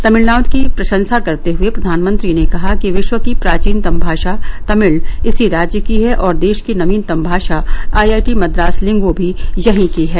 तमिलनाडु की प्रशंसा करते हुए प्रधानमंत्री ने कहा कि विश्व की प्राचीनतम भाषा तमिल इसी राज्य की है और देश की नवीनतम भाषा आईआईटी मद्रास लिंगो भी यहीं की है